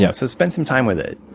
yeah so spend some time with it.